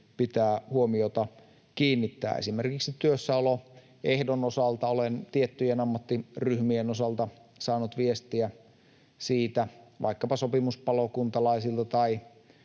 pitää huomiota kiinnittää. Esimerkiksi työssäoloehdon osalta olen tiettyjen ammattiryhmien osalta saanut viestiä siitä, vaikkapa sopimuspalokuntalaisilta tai